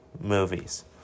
movies